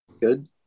good